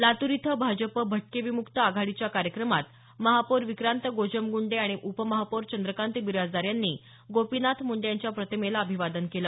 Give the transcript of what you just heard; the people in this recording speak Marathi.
लातूर इथं भाजप भटके विमुक्त आघाडीच्या कार्यक्रमात महापौर विक्रांत गोजमगुंडे आणि उपमहापौर चंद्रकांत बिराजदार यांनी गोपीनाथ मुंडे यांच्या प्रतिमेला अभिवादन केलं